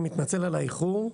אני מתנצל על האיחור.